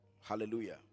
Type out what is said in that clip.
hallelujah